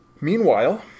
Meanwhile